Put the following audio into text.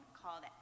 called